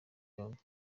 yombi